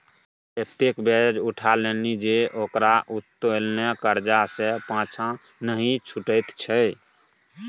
एतेक ब्याज उठा लेलनि जे ओकरा उत्तोलने करजा सँ पाँछा नहि छुटैत छै